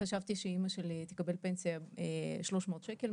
חשבתי שאמא שלי תקבל פנסיה של 300 שקל,